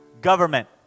Government